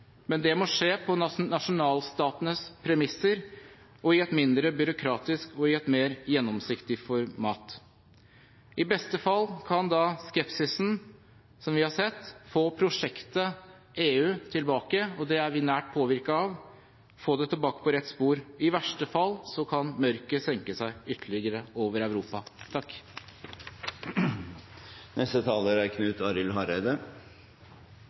men det må skje på nasjonalstatenes premisser og i et mindre byråkratisk og mer gjennomsiktig format. I beste fall kan da skepsisen som vi har sett, få «prosjektet» EU tilbake – og det er vi nært påvirket av – få det tilbake på rett spor. I verste fall kan mørket senke seg ytterligere over Europa.